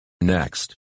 Next